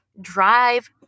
drive